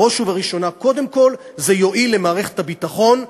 בראש ובראשונה זה יועיל למערכת הביטחון,